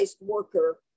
worker